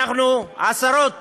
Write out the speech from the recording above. היום עשרות